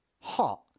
Hot